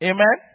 Amen